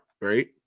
right